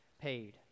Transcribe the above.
paid